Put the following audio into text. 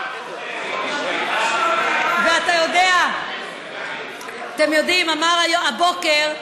בעל כורחך, ואתה יודע, אתם יודעים, אמר הבוקר,